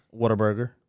Whataburger